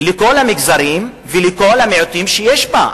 לכל המגזרים ולכל המיעוטים שיש בה.